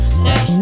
stay